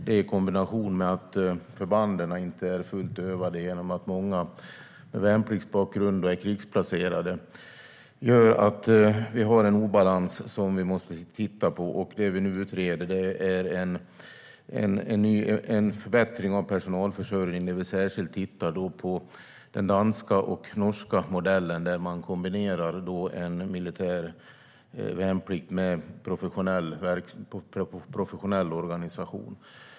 Detta i kombination med att förbanden inte är fullt övade genom att många med värnpliktsbakgrund är krigsplacerade gör att det finns en obalans som vi måste se över. Det som vi nu utreder är en förbättring av personalförsörjningen där vi särskilt tittar på den danska och norska modellen där man kombinerar en militär värnplikt med professionell organisation.